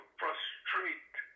frustrate